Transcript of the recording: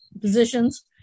positions